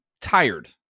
tired